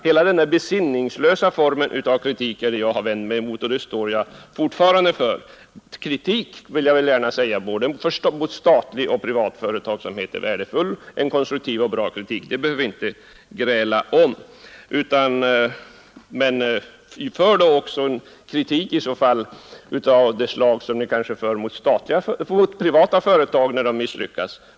Denna form av besinningslös kritik har jag vänt mig emot, och det står jag fortfarande för. Jag vill gärna säga att en konstruktiv kritik både mot statlig och mot privat företagsamhet är värdefull, det behöver vi inte gräla om. Men de statliga företagen bör kritiseras på samma grunder som de privata företagen när de misslyckas.